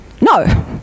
No